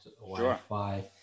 wi-fi